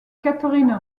catherine